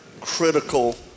critical